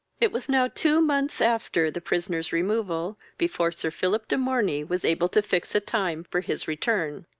it was now two months after the prisoner's removal before sir philip de morney was able to fix a time for his return.